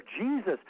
Jesus